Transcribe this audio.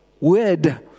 Word